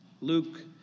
Luke